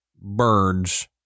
birds